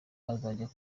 azajya